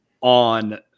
on